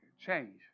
Change